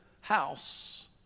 house